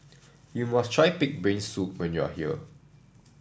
you must try pig brain soup when you are here